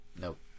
Nope